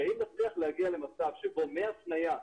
הרי אם נצליח להגיע למצב שבו מהפנייה